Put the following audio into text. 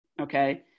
Okay